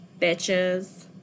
Bitches